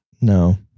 no